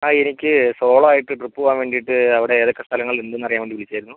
ആ എനിക്ക് സോളോ ആയിട്ട് ട്രിപ്പ് പോവാൻ വേണ്ടിയിട്ട് അവിടെ ഏതൊക്കേ സ്ഥലങ്ങൾ ഉണ്ടെന്ന് അറിയാൻ വേണ്ടി വിളിച്ചതായിരുന്നു